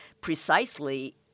precisely